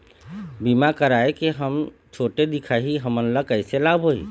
बीमा कराए के हम छोटे दिखाही हमन ला कैसे लाभ होही?